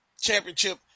championship